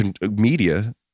media